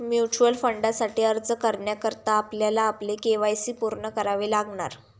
mutual फंडासाठी अर्ज करण्याकरता आपल्याला आपले के.वाय.सी पूर्ण करावे लागणार